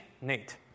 Nate